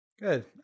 Good